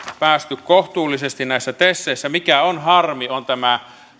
päästy kohtuullisesti näissä teseissä se mikä on harmi on tämä